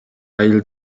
айыл